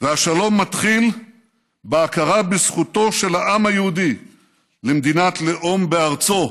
השלום מתחיל בהכרה בזכותו של העם היהודי למדינת לאום בארצו,